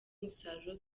umusaruro